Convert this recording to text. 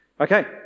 Okay